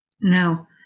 Now